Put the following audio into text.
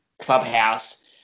clubhouse